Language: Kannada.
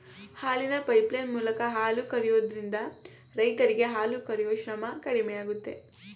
ಹಾಲಿನ ಪೈಪ್ಲೈನ್ ಮೂಲಕ ಹಾಲು ಕರಿಯೋದ್ರಿಂದ ರೈರರಿಗೆ ಹಾಲು ಕರಿಯೂ ಶ್ರಮ ಕಡಿಮೆಯಾಗುತ್ತೆ